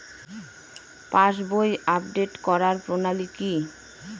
পাসবই update করার প্রণালী কি?